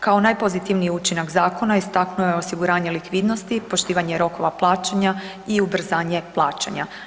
Kao najpozitivniji učinak zakona istaknuo je osiguranje likvidnosti, poštivanje rokova plaćanja i ubrzanje plaćanja.